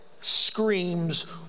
screams